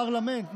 פרלמנט,